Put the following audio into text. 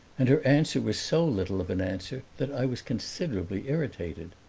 and her answer was so little of an answer that i was considerably irritated.